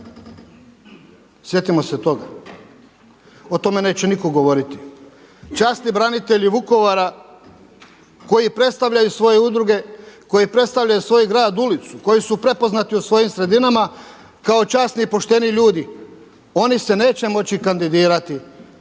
Sjetimo se toga. O tome neće nitko govoriti. Časni branitelji Vukovara koji predstavljaju svoje udruge, koji predstavljaju svoj grad, ulicu, koji su prepoznati u svojim sredinama kao časni i pošteni ljudi oni se neće moći kandidirati